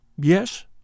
Yes